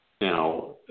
Now